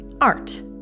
art